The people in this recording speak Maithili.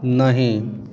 नहि